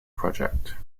project